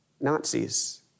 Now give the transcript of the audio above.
Nazis